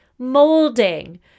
molding